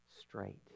straight